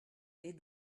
est